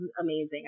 amazing